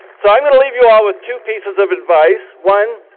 so i'm gonna leave you all with two pieces of advice. one,